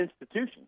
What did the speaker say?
institutions